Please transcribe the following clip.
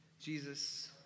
Jesus